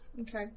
Okay